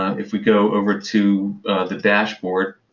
if we go over to the dashboard,